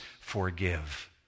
forgive